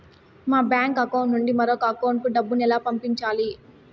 మా bank account నుండి మరొక అకౌంట్ కు డబ్బును ఎలా పంపించాలి